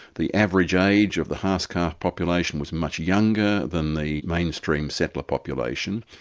the average age of the half-caste population was much younger than the mainstream settler population,